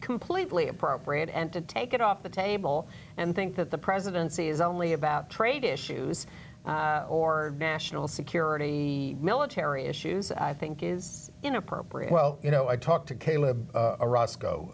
completely appropriate and to take it off the table and think that the presidency is only about trade issues or national security military issues i think is inappropriate well you know i talked to caleb